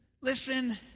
listen